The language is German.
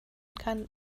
kann